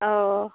অ'